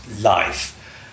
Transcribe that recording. life